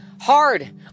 hard